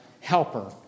helper